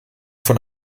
von